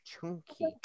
Chunky